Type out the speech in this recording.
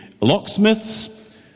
Locksmiths